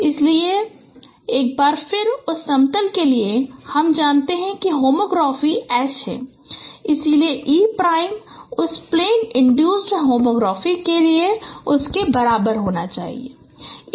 इसलिए यदि एक बार फिर उस समतल के लिए यदि हम जानते हैं कि होमोग्राफी H है इसलिए e प्राइम उस प्लेन इन्ड्यूसड होमोग्राफी के लिए उसके बराबर होना चाहिए